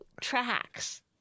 tracks